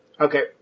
Okay